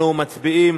אנחנו מצביעים